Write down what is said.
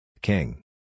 King